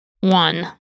One